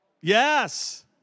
Yes